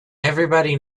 everybody